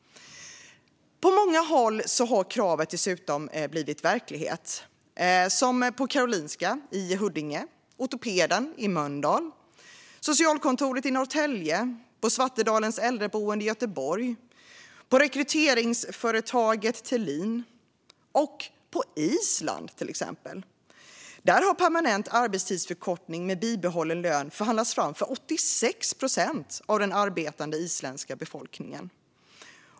På många håll har kravet dessutom blivit verklighet, som på Karolinska i Huddinge, ortopedmottagningen i Mölndal, socialkontoret i Norrtälje, Svartedalens äldreboende i Göteborg och rekryteringsföretaget Telin - liksom på Island. Permanent arbetstidsförkortning med bibehållen lön har förhandlats fram för 86 procent av den arbetande isländska befolkningen.